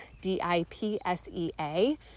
D-I-P-S-E-A